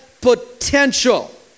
potential